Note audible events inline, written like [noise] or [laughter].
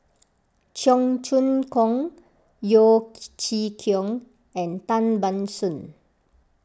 Cheong Choong Kong Yeo [unintelligible] Chee Kiong and Tan Ban Soon